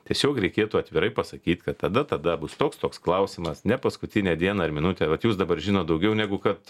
tiesiog reikėtų atvirai pasakyt kad tada tada bus toks toks klausimas ne paskutinę dieną ar minutę vat jūs dabar žinot daugiau negu kad